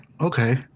Okay